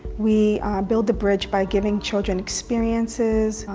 we build the bridge by giving children experiences.